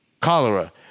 cholera